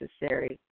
necessary